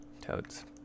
Toads